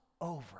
over